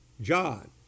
John